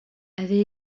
avait